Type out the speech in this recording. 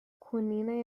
quinine